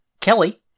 Kelly